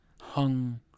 hung